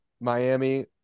Miami